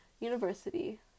university